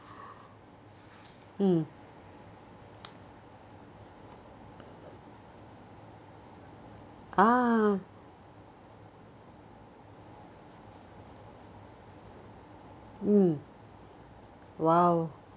mm ah mm !wow!